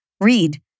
read